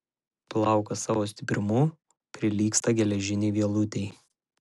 plaukas savo stiprumu prilygsta geležinei vielutei